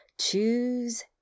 Choose